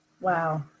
Wow